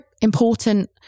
important